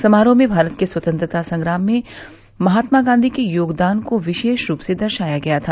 समारोह में भारत के स्वतंत्रता संग्राम में महात्मा गांधी के योगदान को विशेष रूप से दर्शाया गया था